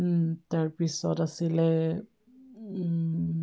তাৰপিছত আছিলে